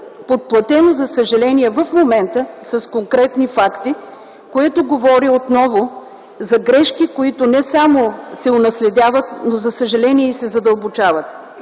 подплатено, за съжаление, в момента с конкретни факти, което говори отново за грешки, които не само онаследяват, но, за съжаление, и се задълбочават.